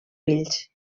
fills